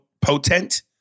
potent